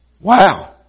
Wow